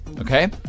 Okay